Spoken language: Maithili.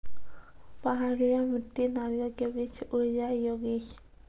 पहाड़िया मिट्टी नारियल के वृक्ष उड़ जाय योगेश?